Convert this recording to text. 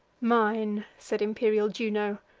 mine, said imperial juno,